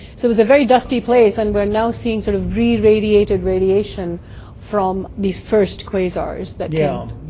so it was a very dusty place and we are now seeing sort of re-radiated radiation from these first quasars that, you know